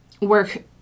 work